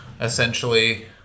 essentially